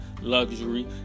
luxury